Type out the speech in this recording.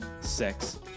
sex